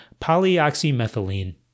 polyoxymethylene